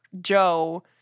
Joe